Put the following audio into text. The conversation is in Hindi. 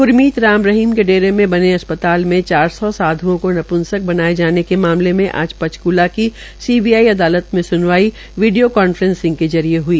ग्रमीत राम रहीम के डेरे मे बने अस्पताल में चार सौ साध्ओं को नप्सक बनाये जाने के मामले में आज पंचकूला की सीबीआई अदालत में स्नवाई वीडियो कांफ्रेसिंग के जरिये हुई